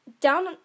Down